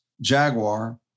Jaguar